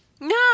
No